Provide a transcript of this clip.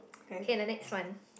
okay the next one